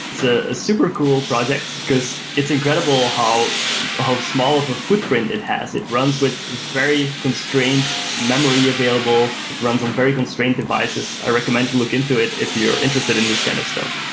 it's a super cool project, because it's incredible how how small of of footprint it has. it runs with very constrained memory available. it runs on very constrained devices. i recommend you look into it if you're interested in this kind of stuff.